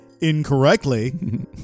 incorrectly